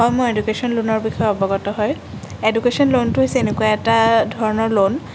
হয় মই এডুকেশ্য়ন লোণৰ বিষয়ে অৱগত হয় এডুকেশ্য়ন লোণটো হৈছে এনেকুৱা এটা ধৰণৰ লোণ